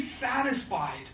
satisfied